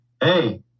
hey